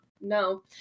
No